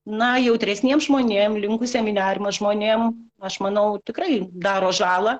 na jautresniem žmonėm linkusiem į nerimą žmonėm aš manau tikrai daro žalą